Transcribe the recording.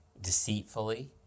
deceitfully